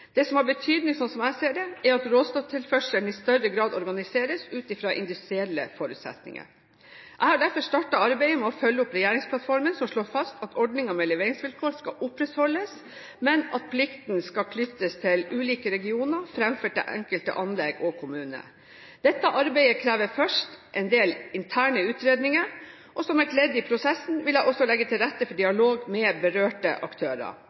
Det som har betydning, slik jeg ser det, er at råstofftilførselen i større grad organiseres ut fra industrielle forutsetninger. Jeg har derfor startet arbeidet med å følge opp regjeringsplattformen, som slår fast at ordningen med leveringsvilkår skal opprettholdes, men at plikten skal knyttes til ulike regioner fremfor det enkelte anlegg og kommune. Dette arbeidet krever først en del interne utredninger. Som et ledd i prosessen vil jeg også legge til rette for dialog med berørte aktører.